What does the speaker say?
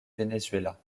venezuela